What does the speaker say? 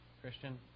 Christian